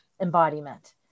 embodiment